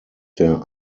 der